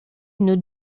une